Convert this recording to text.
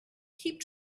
keep